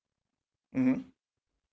mmhmm